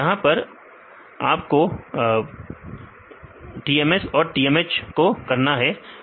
यहां पर आपको वर्दी के करना है TMS और TMH को